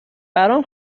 برام